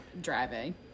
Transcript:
driving